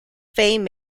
fame